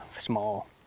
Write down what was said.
small